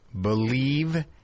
believe